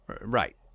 Right